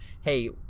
hey